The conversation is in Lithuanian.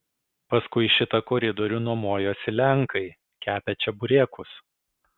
paskui šitą koridorių nuomojosi lenkai kepę čeburekus